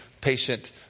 patient